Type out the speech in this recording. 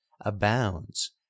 abounds